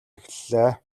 эхэллээ